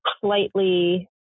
slightly